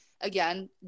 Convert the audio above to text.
Again